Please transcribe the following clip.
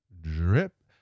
drip